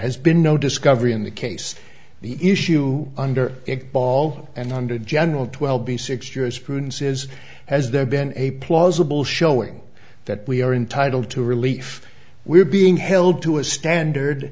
has been no discovery in the case the issue under a ball and under general twelve b six jurisprudence is has there been a plausible showing that we are entitled to relief we're being held to a standard